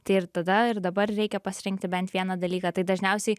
tai ir tada ir dabar reikia pasirinkti bent vieną dalyką tai dažniausiai